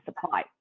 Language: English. supply